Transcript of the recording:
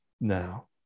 now